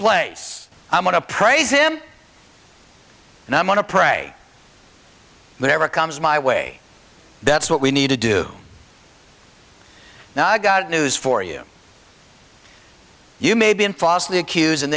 place i'm going to praise him and i'm going to pray whatever comes my way that's what we need to do now i got news for you you may have been falsely accused and